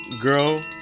girl